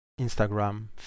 Instagram